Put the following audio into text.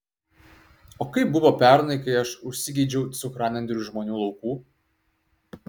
o kaip buvo pernai kai aš užsigeidžiau cukranendrių iš žmonių laukų